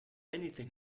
anything